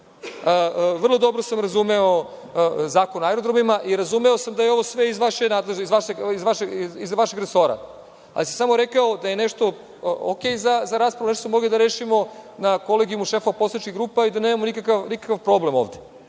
dobro sam razumeo Zakon o aerodromima i razumeo sam da je sve ovo iz vašeg resora, ali samo sam rekao da je nešto ok. za raspravu, a nešto smo mogli da rešimo na kolegijumu šefova poslaničkih grupa i da nemamo nikakav problem ovde.